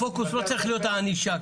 הפוקוס לא צריך להיות הענישה.